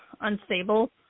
unstable